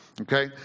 okay